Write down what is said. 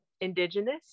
indigenous